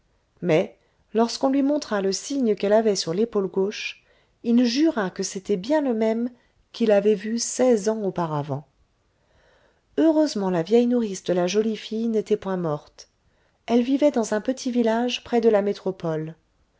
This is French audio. mais lorsqu'on lui montra le signe qu'elle avait sur l'épaule gauche il jura que c'était bien le même qu'il avait vu seize ans auparavant heureusement la vieille nourrice de la jolie fille n'était point morte elle vivait dans un petit village près de la métropole